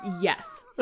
Yes